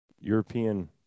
European